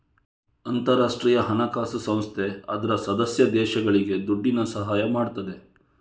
ಅಂತಾರಾಷ್ಟ್ರೀಯ ಹಣಕಾಸು ಸಂಸ್ಥೆ ಅದ್ರ ಸದಸ್ಯ ದೇಶಗಳಿಗೆ ದುಡ್ಡಿನ ಸಹಾಯ ಮಾಡ್ತದೆ